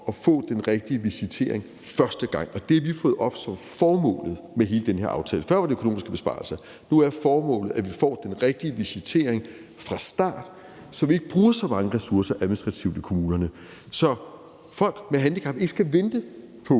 man får den rigtige visitering første gang, og det har vi fået op som formålet med hele den her aftale. Før var det økonomiske besparelser; nu er formålet, at vi får den rigtige visitering fra start, så vi ikke bruger så mange ressourcer administrativt i kommunerne, og så folk med handicap ikke skal vente på